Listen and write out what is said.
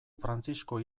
frantzisko